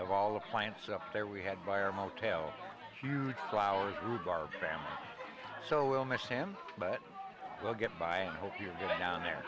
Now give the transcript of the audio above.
of all the plants up there we had by our motel huge flowers rhubarb family so we'll miss him but we'll get by i hope you're doing down there